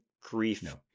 grief